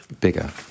bigger